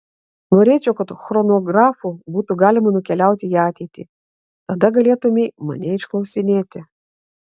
norėčiau kad chronografu būtų galima nukeliauti į ateitį tada galėtumei mane išklausinėti